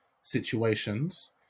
situations